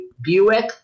Buick